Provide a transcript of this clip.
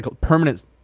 permanent